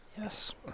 Yes